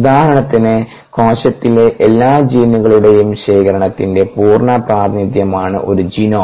ഉദാഹരണത്തിന് കോശത്തിലെ എല്ലാ ജീനുകളുടെയും ശേഖരണത്തിന്റെ പൂർണ്ണ പ്രാതിനിധ്യമാണ് ഒരു ജീനോം